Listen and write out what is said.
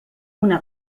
una